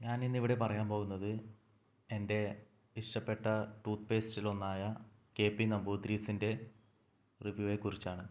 ഞാനിന്നിവിടെ പറയാൻ പോകുന്നത് എൻ്റെ ഇഷ്ടപ്പെട്ട ടൂത്പേസ്റ്റിൽ ഒന്നായ കെ പി നമ്പൂതിരീസിൻ്റെ റിവ്യൂയെ കുറിച്ചാണ്